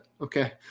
Okay